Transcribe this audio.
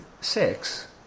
six